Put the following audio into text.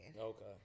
Okay